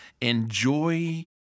Enjoy